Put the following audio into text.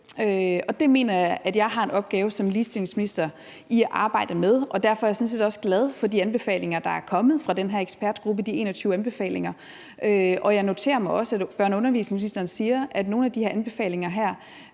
Det mener jeg at jeg som ligestillingsminister har en opgave i at arbejde med, og derfor er jeg sådan set også glad for de 21 anbefalinger, der er kommet fra den her ekspertgruppe. Jeg noterer mig også, at børne- og undervisningsministeren siger, at nogle af de her anbefalinger har